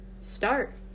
start